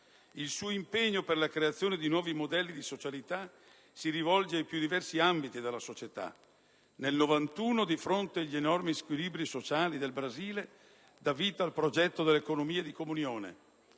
Il suo impegno per la creazione di nuovi modelli di socialità si rivolge ai più diversi ambiti della società. Nel 1991, di fronte agli enormi squilibri sociali del Brasile, dà vita al progetto delle economie di comunione;